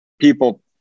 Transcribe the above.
people